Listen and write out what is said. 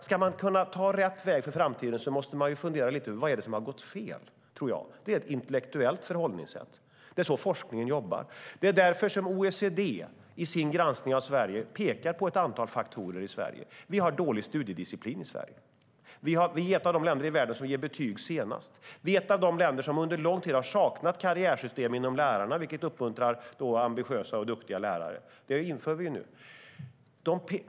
Ska vi kunna ta rätt väg för framtiden måste vi fundera lite över vad som har gått fel. Det är ett intellektuellt förhållningssätt. Det är så forskningen jobbar. Det är därför OECD i sin granskning av Sverige pekar på ett antal faktorer: Sverige har dålig studiedisciplin och är ett av de länder som ger betyg senast. Sverige är ett av de länder som under lång tid har saknat karriärsystem för lärare som uppmuntrar ambitiösa och duktiga lärare. Det inför vi nu.